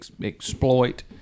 exploit